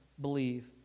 believe